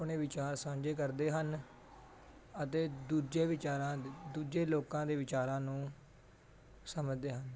ਆਪਣੇ ਵਿਚਾਰ ਸਾਂਝੇ ਕਰਦੇ ਹਨ ਅਤੇ ਦੂਜੇ ਵਿਚਾਰਾਂ ਦੂਜੇ ਲੋਕਾਂ ਦੇ ਵਿਚਾਰਾਂ ਨੂੰ ਸਮਝਦੇ ਹਨ